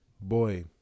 boy